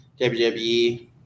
WWE